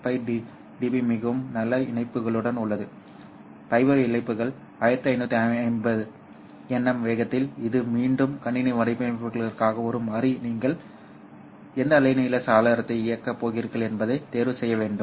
5 dB மிகவும் நல்ல இணைப்பிகளுடன் உள்ளது ஃபைபர் இழப்புகள் 1550 nm வேகத்தில் இது மீண்டும் கணினி வடிவமைப்பாளருக்கான ஒரு மாறி நீங்கள் எந்த அலைநீள சாளரத்தை இயக்கப் போகிறீர்கள் என்பதைத் தேர்வு செய்ய வேண்டும்